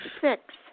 six